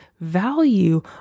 value